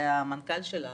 ולמנכ"ל שלה,